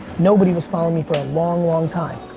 nobody was following me for a long long time.